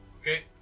Okay